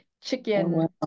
chicken